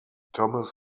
thomas